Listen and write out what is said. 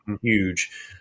huge